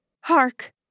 Hark